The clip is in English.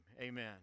amen